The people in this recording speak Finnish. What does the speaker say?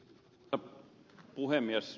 arvoisa puhemies